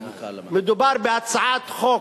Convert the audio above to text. מדובר בהצעת חוק,